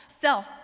self